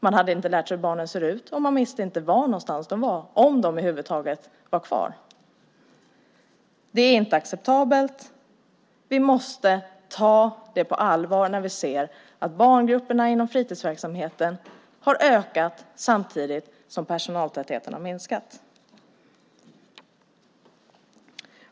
Man hade inte lärt sig hur barnen såg ut, och man visste inte var någonstans de var eller om de över huvud taget var kvar. Det är inte acceptabelt. Vi måste ta det på allvar när vi ser att barngrupperna inom fritidsverksamheten har ökat samtidigt som personaltätheten har minskat.